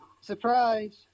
surprise